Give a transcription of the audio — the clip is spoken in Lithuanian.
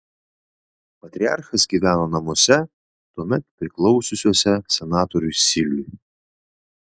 patriarchas gyveno namuose tuomet priklausiusiuose senatoriui siliui